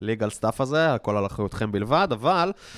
ליג על סטאפ הזה, הכל על אחיותכם בלבד, אבל...